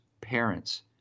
parents